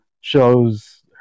shows